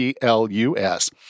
plus